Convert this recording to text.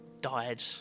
died